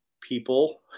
people